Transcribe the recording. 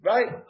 Right